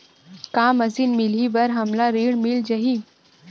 का मशीन मिलही बर हमला ऋण मिल जाही?